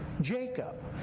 Jacob